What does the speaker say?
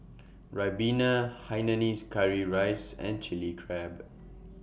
Ribena Hainanese Curry Rice and Chilli Crab